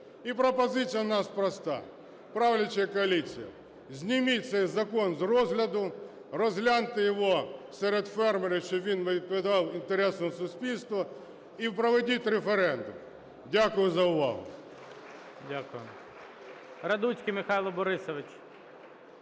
І пропозиція в нас проста. Правляча коаліція, зніміть цей закон з розгляду, розгляньте його серед фермерів, щоб він відповідав інтересам суспільства, і проведіть референдум. Дякую за увагу.